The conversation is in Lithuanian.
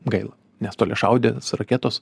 gaila nes toliašaudės raketos